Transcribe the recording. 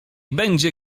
będzie